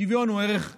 שוויון הוא ערך גדול,